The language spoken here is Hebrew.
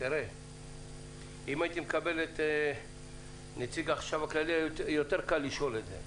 אם הייתי מקבל את נציג החשב הכללי היה לי יותר קל לשאול את זה,